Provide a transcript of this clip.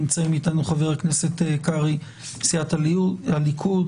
נמצאים איתנו חבר הכנסת קרעי מסיעת הליכוד,